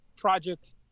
project